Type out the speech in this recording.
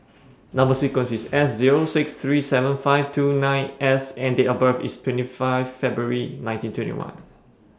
Number sequence IS S Zero six three seven five two nine S and Date of birth IS twenty five February nineteen twenty one